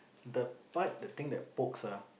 the part the thing that pokes ah